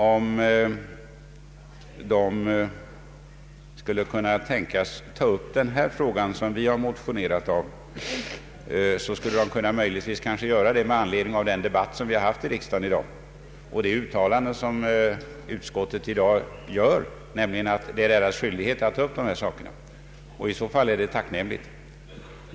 Om kommittén skulle kunna tänkas ta upp den fråga som vi har motionerat om, skulle den möjligtvis kunna göra det med anledning av den debatt som vi har haft i riksdagen i dag och de uttalanden som utskottets talesman nu gör om att det är kommitténs skyldighet att ta upp dessa saker. I så fall är det tacknämligt.